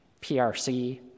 PRC